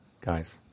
guys